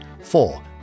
four